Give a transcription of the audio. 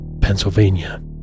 Pennsylvania